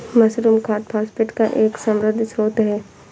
mushroom खाद phosphate का एक समृद्ध स्रोत है